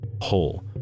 whole